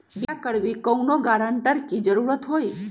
बिमा करबी कैउनो गारंटर की जरूरत होई?